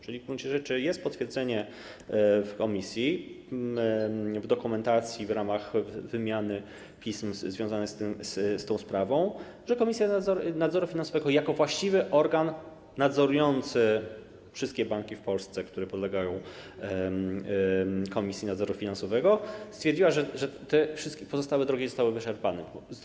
Czyli w gruncie rzeczy jest potwierdzenie w dokumentacji komisji, w ramach wymiany pism związanych z tą sprawą, że Komisja Nadzoru Finansowego jako właściwy organ nadzorujący wszystkie banki w Polsce, które podlegają Komisji Nadzoru Finansowego, stwierdziła, że wszystkie pozostałe możliwości zostały wyczerpane.